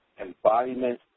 embodiment